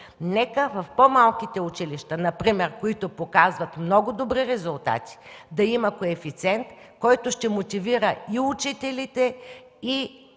нека в по-малките училища, които показват много добри резултати, да има коефициент, който ще мотивира и учителите, и